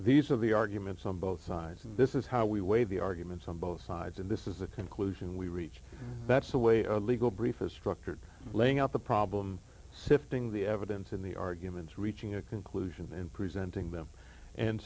these are the arguments on both sides and this is how we weigh the arguments on both sides and this is the conclusion we reach that's the way a legal brief is structured laying out the problem sifting the evidence in the arguments reaching a conclusion and presenting them and